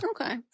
Okay